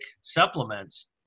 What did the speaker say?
supplements